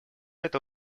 это